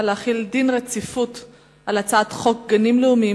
להחיל דין רציפות על הצעת חוק גנים לאומיים,